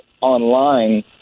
online